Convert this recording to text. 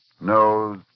knows